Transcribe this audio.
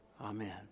Amen